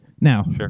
Now